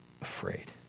afraid